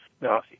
Now